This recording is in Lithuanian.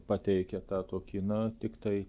pateikė tą tokį ną tiktai